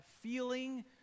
feeling